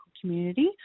community